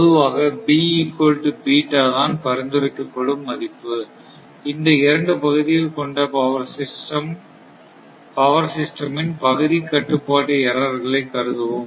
பொதுவாக தான் பரிந்துரைக்கப்படும் இந்த இரண்டு பகுதிகள் கொண்ட பவர் சிஸ்டம் இன் பகுதி கட்டுப்பாட்டு எர்ரர் களை கருதுவோம்